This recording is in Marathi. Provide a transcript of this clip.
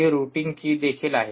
ही रुटिंग कि देखील आहे